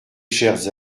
chers